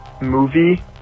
movie